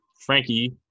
frankie